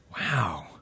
Wow